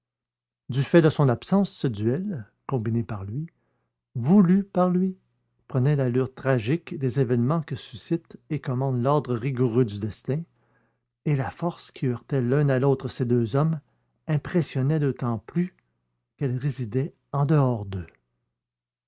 du fait de son absence ce duel combiné par lui voulu par lui prenait l'allure tragique des événements que suscite et commande l'ordre rigoureux du destin et la force qui heurtait l'un à l'autre ces deux hommes impressionnait d'autant plus qu'elle résidait en dehors d'eux